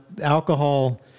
alcohol-